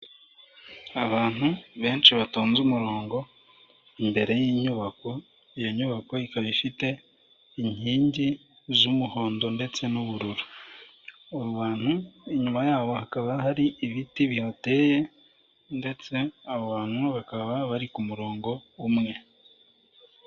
Abantu benshi batonze umuronko imbere y'inyubako, iyo nyubako ikaba ifite inkingi z'umuhondo ndetse n'ubururu. Abo bantu inyuma yabo hakaba hari ibiti bihateye, ndetse abo bantu bakaba bari ku muronko umwe.